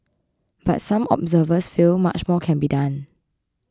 but some observers feel much more can be done